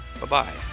Bye-bye